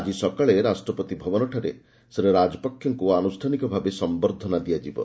ଆଜି ସକାଳେ ରାଷ୍ଟ୍ରପତି ଭବନଠାରେ ଶ୍ରୀ ରାଜପକ୍ଷେଙ୍କୁ ଆନୁଷ୍ଠାନିକ ଭାବେ ସମ୍ଭର୍ଦ୍ଧନା ଦିଆଯିବ